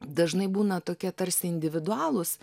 dažnai būna tokie tarsi individualūs